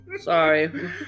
Sorry